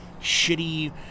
shitty